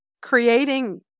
creating